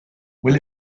will